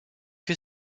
que